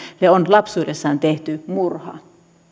hänelle on lapsuudessaan tehty murha